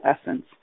essence